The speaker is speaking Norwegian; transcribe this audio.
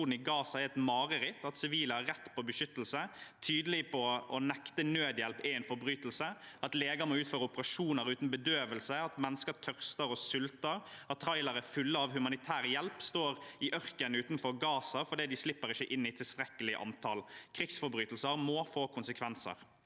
forbrytelse å nekte nødhjelp, at leger må utføre operasjoner uten bedøvelse, at mennesker tørster og sulter, og at trailere fulle av humanitær hjelp står i ørkenen utenfor Gaza fordi de ikke slipper inn i tilstrekkelig antall. Krigsforbrytelser må få konsekvenser.